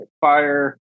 fire